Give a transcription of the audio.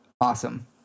awesome